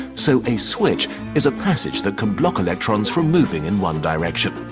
so a switch is a passage that can block electrons from moving in one direction.